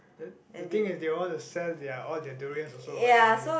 the the thing is they all want to sell their all their durians also what anyway